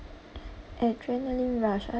adrenaline rush I